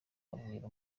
abwira